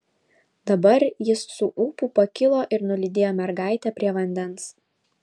dabar jis su ūpu pakilo ir nulydėjo mergaitę prie vandens